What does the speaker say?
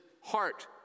heart